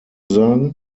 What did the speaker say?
sagen